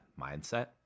mindset